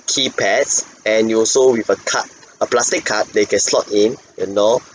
keypads and you also with a card a plastic card that you can slot in you know